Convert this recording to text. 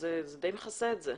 אז זה די מכסה את זה.